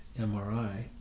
MRI